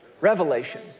Revelation